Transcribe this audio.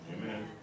Amen